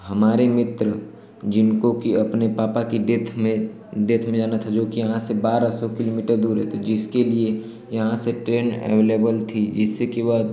हमारे मित्र जिनको कि अपने पापा की डेथ में डेथ में जाना था जो कि यहाँ से बारह सौ किलोमीटर दूर रहते थे जिसके लिए यहाँ से ट्रेन एवलेबल थी जिससे कि वह